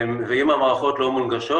אם המערכות לא מונגשות,